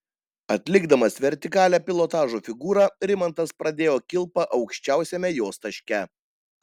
atlikdamas vertikalią pilotažo figūrą rimantas pradėjo kilpą aukščiausiame jos taške